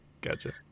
Gotcha